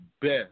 best